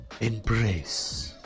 embrace